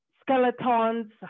skeletons